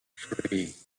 three